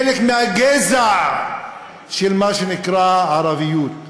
חלק מהגזע של מה שנקרא ערביות.